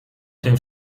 tym